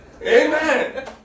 Amen